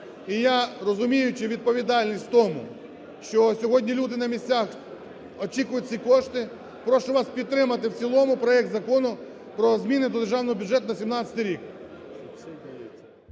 І я, розуміючи відповідальність в тому, що сьогодні люди на місцях очікують ці кошти, прошу вас підтримати в цілому проект Закону про зміни до Державного бюджету на 2017 рік.